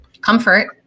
comfort